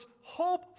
hope